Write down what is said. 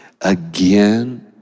again